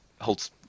holds